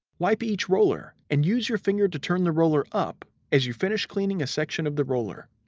wipe each roller and use your finger to turn the roller up as you finish cleaning a section of the roller.